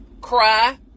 cry